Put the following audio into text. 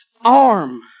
Arm